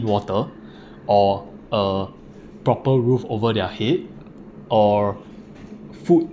water or a proper roof over their head or food